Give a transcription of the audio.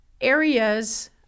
areas